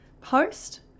post